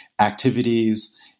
activities